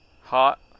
Hot